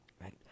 right